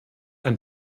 ein